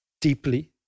deeply